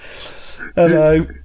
Hello